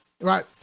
right